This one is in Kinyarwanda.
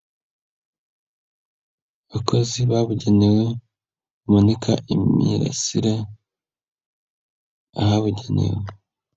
Abakozi babugenewe bamanika imirasire ahabugenewe.